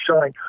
shine